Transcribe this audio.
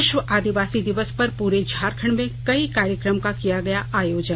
विश्व आदिवासी दिवस पर पूरे झारखंड में कई कार्यक्रम का किया गया आयोजन